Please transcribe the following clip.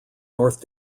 north